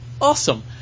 Awesome